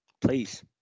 please